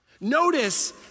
Notice